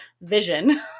vision